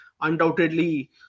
undoubtedly